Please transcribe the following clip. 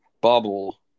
bubble